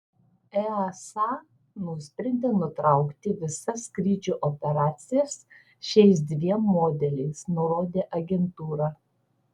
easa nusprendė nutraukti visas skrydžių operacijas šiais dviem modeliais nurodė agentūra